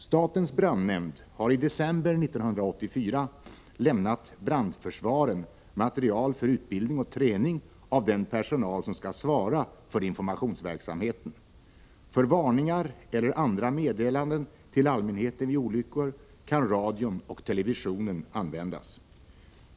Statens brandnämnd har i december 1984 lämnat brandförsvaren material för utbildning och träning av den personal som skall svara för informationsverksamheten. För varningar eller andra meddelanden till allmänheten vid olyckor kan radion och televisionen användas.